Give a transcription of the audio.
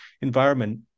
environment